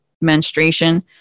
menstruation